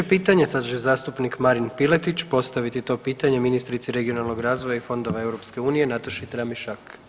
33 pitanje sad će zastupnik Marin Piletić postaviti to pitanje ministrici regionalnoga razvoja i fondova EU, Nataši Tramišak.